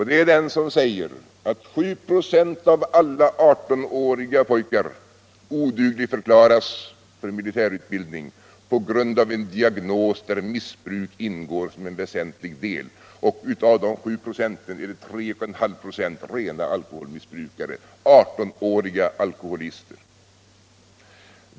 Det är den som säger att 7 96 av alla 18-åriga pojkar odugligförklaras för militärutbildning på grund av en diagnos där missbruk ingår som väsentlig del. Av dessa 7 96 är 3,5 96 rena alkoholmissbrukare — 18-åriga alkoholister.